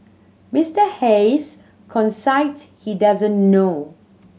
Mister Hayes concedes he doesn't know